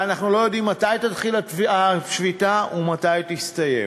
ואנחנו לא יודעים מתי תתחיל השביתה ומתי תסתיים.